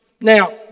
Now